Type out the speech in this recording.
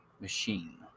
Machine